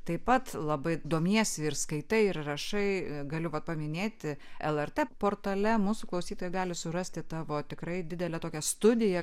taip pat labai domiesi ir skaitai ir rašai galiu vat paminėti lrt portale mūsų klausytojai gali surasti tavo tikrai didelę tokią studiją